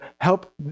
help